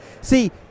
See